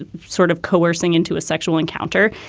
ah sort of coercing into a sexual encounter.